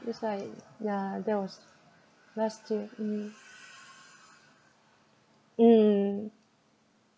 just like ya that was last year mm mm